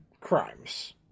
crimes